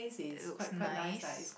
it looks nice